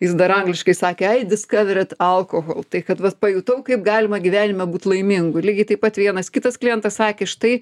jis dar angliškai ai diskaveret alkohol tai kad vat pajutau kaip galima gyvenime būt laimingu lygiai taip pat vienas kitas klientas sakė štai